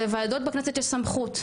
לוועדות בכנסת יש סמכות,